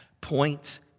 points